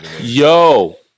Yo